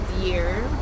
year